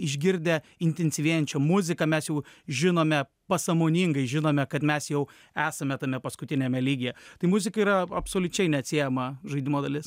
išgirdę intensyvėjančią muziką mes jau žinome pasąmoningai žinome kad mes jau esame tame paskutiniame lygyje tai muzika yra absoliučiai neatsiejama žaidimo dalis